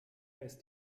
ist